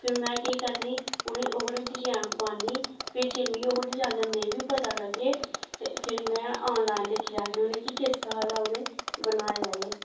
फिर में केह् करनी उ'नेंगी ओह्कड़े डिजाइन पान्नी फिर जे मिगी ओह् डिजाइन दा नेईं बी पता लग्गे ते फिर में आनलाइन दिक्खी लैन्नी उ'नेंगी कि किस स्हाब दा उ'नें बनाए दा ऐ